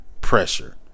pressure